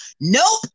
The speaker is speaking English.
nope